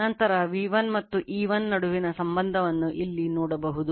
ನಂತರ V1 ಮತ್ತು E1 ನಡುವಿನ ಸಂಬಂಧವನ್ನು ಇಲ್ಲಿ ನೋಡಬಹುದು